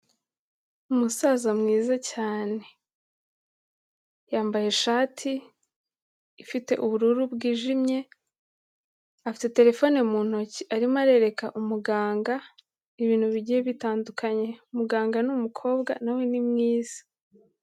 Umusaza mwiza cyane, yambaye ishati ifite ubururu bwijimye, afite telefone mu ntoki, arimo arereka umuganga ibintu bigiye bitandukanye, muganga ni umukobwa na we ni mwiza.